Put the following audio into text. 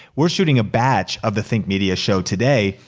we're shooting a batch of the think media show today,